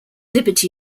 liberty